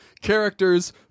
characters